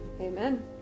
amen